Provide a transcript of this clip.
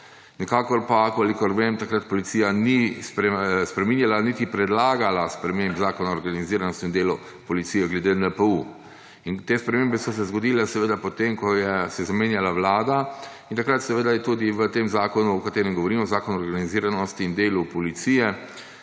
Nikakor pa, kolikor vem, takrat policija ni spreminjala, niti predlagala sprememb Zakona o organiziranosti in delu v policiji glede NPU. In te spremembe so se zgodile seveda potem, ko se je zamenjala vlada, in takrat seveda se je tudi v tem zakonu, o katerem govorim, Zakonu o organiziranosti in delu v policiji,